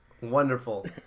Wonderful